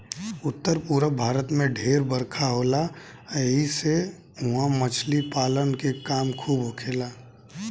उत्तर पूरब भारत में ढेर बरखा होला ऐसी से उहा मछली पालन के काम खूब होखेला